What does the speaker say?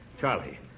Charlie